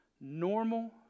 normal